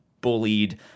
bullied